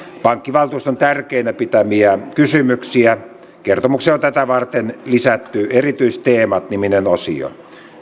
pankkivaltuuston tärkeinä pitämiä kysymyksiä kertomukseen on tätä varten lisätty erityisteemat niminen osio